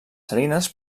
salines